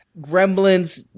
gremlins